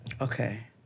okay